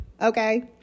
okay